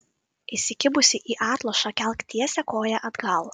įsikibusi į atlošą kelk tiesią koją atgal